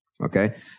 Okay